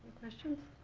questions?